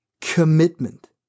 commitment